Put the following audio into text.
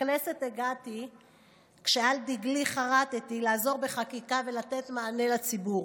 לכנסת הגעתי כשעל דגלי חרתי לעזור בחקיקה ולתת מענה לציבור.